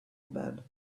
bad